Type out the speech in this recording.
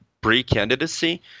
pre-candidacy